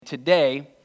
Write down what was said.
Today